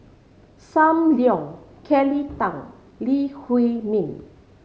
Sam Leong Kelly Tang Lee Huei Min